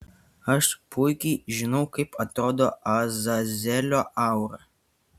aš puikiai žinau kaip atrodo azazelio aura